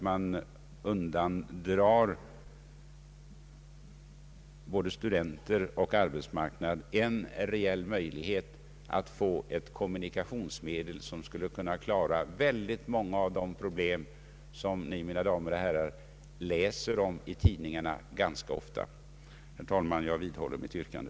Man undandrar både studenter och arbetsmarknad en reell möjlighet att få ett kommunikationsmedel som skulle kunna klara många av de problem som ni, mina damer och herrar, läser ganska ofta om i tidningarna. Jag vidhåller, herr talman, mitt yrkande.